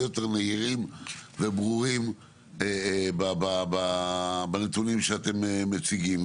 נהירים וברורים בנתונים שאתם מציגים,